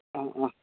ആ ആ ആ